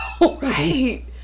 right